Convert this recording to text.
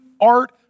art